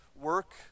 work